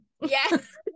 yes